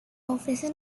ofrece